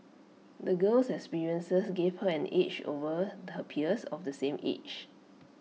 the girl's experiences gave her an edge over her peers of the same age